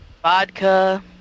Vodka